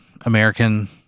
American